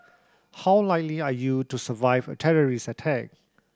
how likely are you to survive a terrorist attack